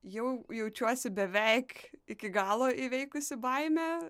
jau jaučiuosi beveik iki galo įveikusi baimę